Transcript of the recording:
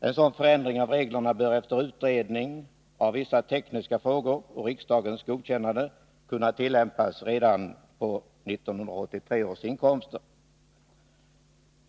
En sådan förändring av reglerna bör efter utredning av vissa tekniska frågor och riksdagens godkännande kunna tillämpas redan på 1983 års inkomster.